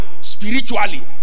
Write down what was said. spiritually